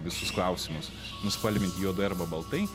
visus klausimus nuspalvint juodai arba baltai